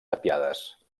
tapiades